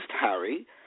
Harry